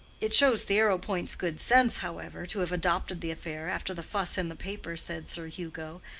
it shows the arrowpoints' good sense, however, to have adopted the affair, after the fuss in the paper, said sir hugo.